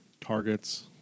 targets